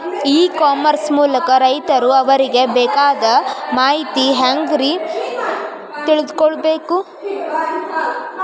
E commerce ಮೂಲಕ ರೈತರು ಅವರಿಗೆ ಬೇಕಾದ ಮಾಹಿತಿ ಹ್ಯಾಂಗ ರೇ ತಿಳ್ಕೊಳೋದು?